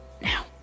now